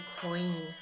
Queen